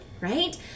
right